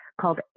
called